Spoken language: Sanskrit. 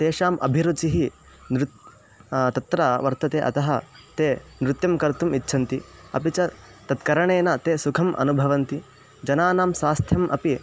तेषाम् अभिरुचिः नृत् तत्र वर्तते अतः ते नृत्यं कर्तुम् इच्छन्ति अपि च तत्करणेन ते सुखम् अनुभवन्ति जनानां स्वास्थ्यम् अपि